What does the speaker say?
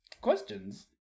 questions